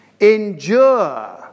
Endure